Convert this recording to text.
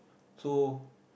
so